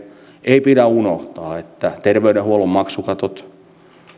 ei pidä unohtaa että terveydenhuollon maksukatot